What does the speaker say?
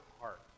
heart